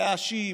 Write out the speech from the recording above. להאשים,